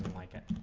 but like it